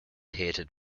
hated